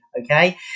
okay